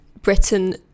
Britain